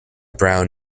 brown